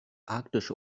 arktische